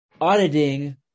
auditing